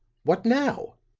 what now?